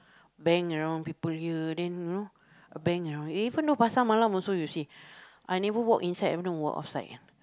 bang around people here then you know bang around even though Pasar Malam also you see I never walk inside I wanna walk outside